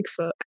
Bigfoot